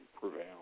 prevail